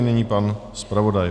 Nyní pan zpravodaj.